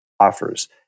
offers